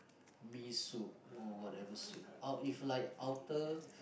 miso soup or whatever soup